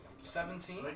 Seventeen